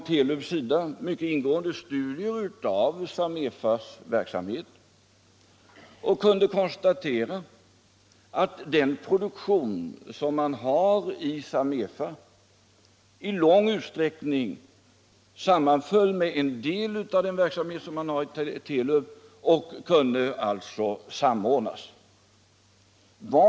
Telub gjorde mycket ingående studier av Samefas verksamhet och kunde konstatera att Samefas produktion i långa stycken sammanfaller med den verksamhet som bedrivs av Telub och alltså kan samordnas med denna.